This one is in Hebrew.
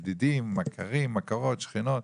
ידידים, מכרים, מכרות, שכנות,